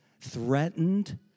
threatened